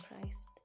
Christ